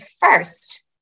first